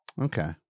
Okay